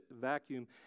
vacuum